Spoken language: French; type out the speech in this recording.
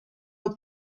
aux